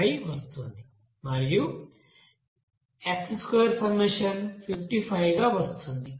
5 వస్తోంది మరియు x2 summation 55 గా వస్తుంది